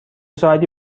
ساعتی